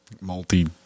multi